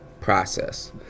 process